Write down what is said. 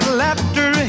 laughter